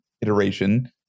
iteration